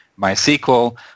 MySQL